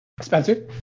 spencer